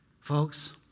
Folks